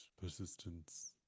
persistence